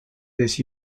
this